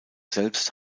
selbst